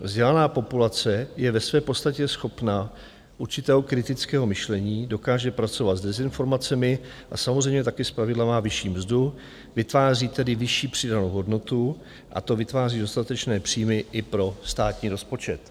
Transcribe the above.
Vzdělaná populace je ve své podstatě schopna určitého kritického myšlení, dokáže pracovat s dezinformacemi a samozřejmě taky zpravidla má vyšší mzdu, vytváří tedy vyšší přidanou hodnotu, a to vytváří dostatečné příjmy i pro státní rozpočet.